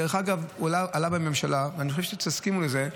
דרך אגב, עלה בממשלה, ואני חושב שתסכימו לזה,